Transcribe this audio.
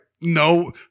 no